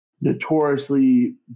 notoriously